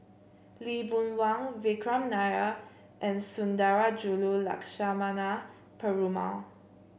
Lee Boon Wang Vikram Nair and Sundarajulu Lakshmana Perumal